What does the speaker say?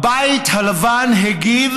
הבית הלבן הגיב: